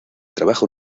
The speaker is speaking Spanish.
trabajo